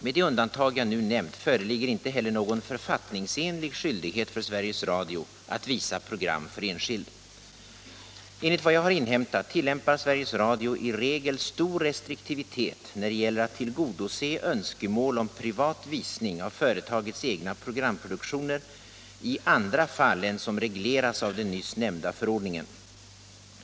Med det undantag som jag nu nämnt föreligger inte heller någon författningsenlig skyldighet för Sveriges Radio att visa program för enskild. Enligt vad jag har inhämtat tillämpar Sveriges Radio i regel stor restriktivitet när det gäller att tillgodose önskemål om privat visning av företagets egna programproduktioner i andra fall än som regleras av den nyss nämnda förordningen.